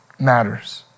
matters